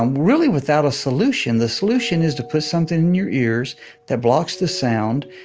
um really without a solution. the solution is to put something in your ears that blocks the sound,